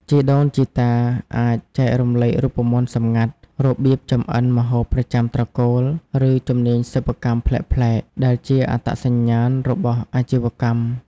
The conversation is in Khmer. ជីដូនជីតា អាចចែករំលែករូបមន្តសម្ងាត់ របៀបចម្អិនម្ហូបប្រចាំត្រកូល ឬជំនាញសិប្បកម្មប្លែកៗ ដែលជាអត្តសញ្ញាណរបស់អាជីវកម្ម។